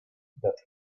that